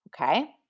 Okay